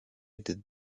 did